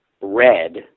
red